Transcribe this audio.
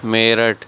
Meerut